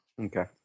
Okay